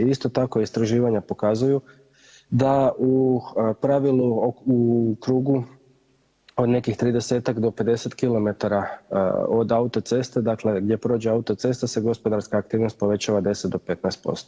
Isto tako istraživanja pokazuju da u pravilu u krugu od nekih 30-tak do 50 kilometara od autoceste dakle gdje prođe autocesta se gospodarska aktivnost povećava 10 do 15%